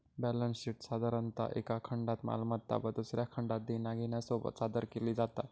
balance शीटसाधारणतः एका खंडात मालमत्ता व दुसऱ्या खंडात देना घेण्यासोबत सादर केली जाता